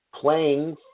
playing